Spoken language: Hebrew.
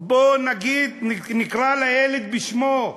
בואו נקרא לילד בשמו.